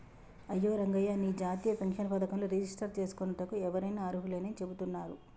అయ్యో రంగయ్య నీ జాతీయ పెన్షన్ పథకంలో రిజిస్టర్ చేసుకోనుటకు ఎవరైనా అర్హులేనని చెబుతున్నారు